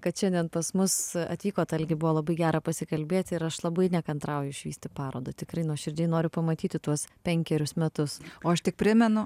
kad šiandien pas mus atvykot algi buvo labai gera pasikalbėt ir aš labai nekantrauju išvysti parodą tikrai nuoširdžiai noriu pamatyti tuos penkerius metus o aš tik primenu